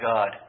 God